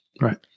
right